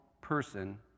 person